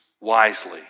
wisely